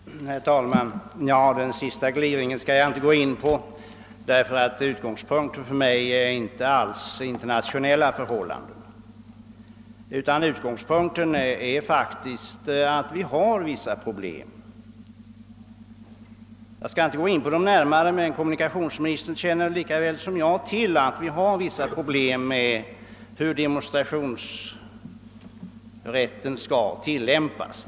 Herr talman! Den sista gliringen skall jag inte gå in på, eftersom min utgångspunkt inte alls är internationella förhållanden. Den är faktiskt att vi har vissa problem i vårt eget land. Jag skall inte närmare redogöra för dessa. Kommunikationsministern känner lika väl som jag till att vi har vissa problem med hur demonstrationsrätten skall tilllämpas.